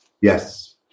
Yes